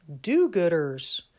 do-gooders